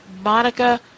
Monica